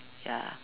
ya